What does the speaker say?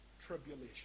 tribulation